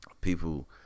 people